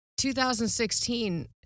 2016